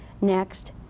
Next